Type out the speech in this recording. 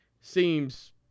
seems